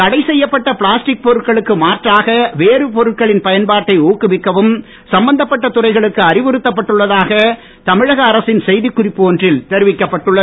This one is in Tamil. தடை செய்யப்பட்ட பிளாஸ்டிக் பொருட்களுக்கு மாற்றாக வேறு பொருட்களின் பயன்பாட்டை ஊக்குவிக்கவும் சம்பந்தப்பட்ட துறைகளுக்கு அறிவுறுத்தப்பட்டுள்ளதாக தமிழக அரசின் செய்திக் குறிப்பு ஒன்றில் தெரிவிக்கப்பட்டுள்ளது